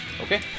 Okay